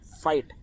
fight